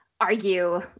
argue